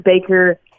Baker